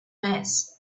mass